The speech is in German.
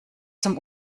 zum